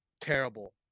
terrible